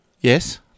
Yes